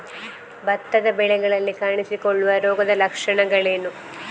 ಭತ್ತದ ಬೆಳೆಗಳಲ್ಲಿ ಕಾಣಿಸಿಕೊಳ್ಳುವ ರೋಗದ ಲಕ್ಷಣಗಳೇನು?